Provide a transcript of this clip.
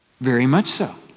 very much so.